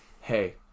hey